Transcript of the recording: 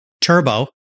Turbo